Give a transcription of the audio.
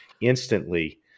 instantly